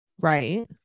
Right